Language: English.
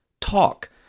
talk